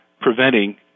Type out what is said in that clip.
preventing